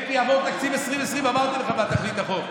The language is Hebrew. כן, כי יעבור תקציב 2020. אמרתי לך מה תכלית החוק.